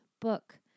book